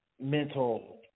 mental